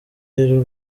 rero